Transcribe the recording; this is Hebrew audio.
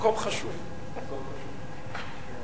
נפסקה בשעה 20:32 ונתחדשה בשעה 20:33.) תודה.